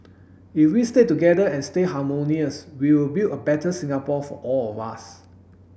if we stay together and stay harmonious we will build a better Singapore for all of us